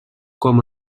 com